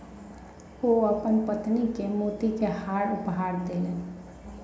ओ अपन पत्नी के मोती के हार उपहार देलैन